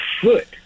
foot